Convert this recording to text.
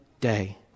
day